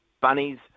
Bunnies